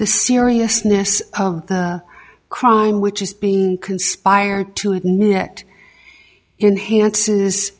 the seriousness of the crime which is being conspired to a net inhance is